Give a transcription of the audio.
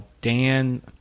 Dan –